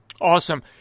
Awesome